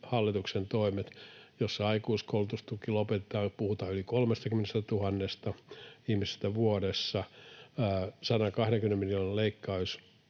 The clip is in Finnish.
hallituksen toimilla aikuiskoulutustuki lopetetaan, puhutaan yli 30 000 ihmisestä vuodessa, 120 miljoonan leikkauksessa